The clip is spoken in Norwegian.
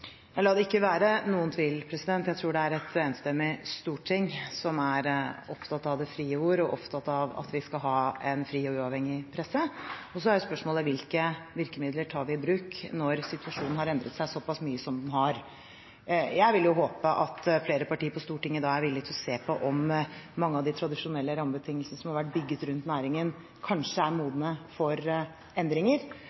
La det ikke være noen tvil: Jeg tror det er et enstemmig storting som er opptatt av det frie ord og opptatt av at vi skal ha en fri og uavhengig presse. Så er jo spørsmålet: Hvilke virkemidler tar vi i bruk når situasjonen har endret seg såpass mye som den har? Jeg vil håpe at flere partier på Stortinget er villig til å se på om mange av de tradisjonelle rammebetingelsene som har vært bygget rundt næringen, kanskje er